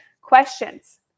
Questions